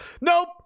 nope